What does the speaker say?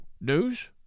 News